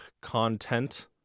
content